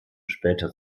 später